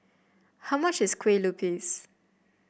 how much is Kue Lupis